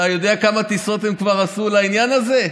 אתה יודע כמה טיסות הם כבר עשו לעניין הזה?